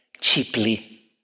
cheaply